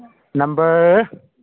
number